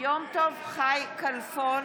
יום טוב חי כלפון,